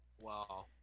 Wow